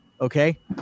Okay